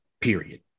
period